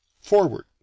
Forward